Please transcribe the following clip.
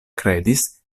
kredis